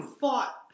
fought